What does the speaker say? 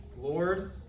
Lord